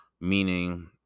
meaning